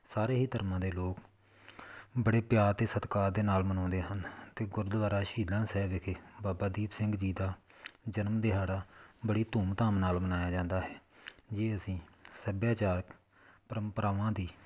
ਸਾਰੇ ਹੀ ਧਰਮਾਂ ਦੇ ਲੋਕ ਬੜੇ ਪਿਆਰ ਅਤੇ ਸਤਿਕਾਰ ਦੇ ਨਾਲ ਮਨਾਉਂਦੇ ਹਨ ਅਤੇ ਗੁਰਦੁਆਰਾ ਸ਼ਹੀਦਾਂ ਸਾਹਿਬ ਵਿਖੇ ਬਾਬਾ ਦੀਪ ਸਿੰਘ ਜੀ ਦਾ ਜਨਮ ਦਿਹਾੜਾ ਬੜੀ ਧੂਮਧਾਮ ਨਾਲ ਮਨਾਇਆ ਜਾਂਦਾ ਹੈ ਜੇ ਅਸੀਂ ਸੱਭਿਆਚਾਰਕ ਪ੍ਰੰਪਰਾਵਾਂ ਦੀ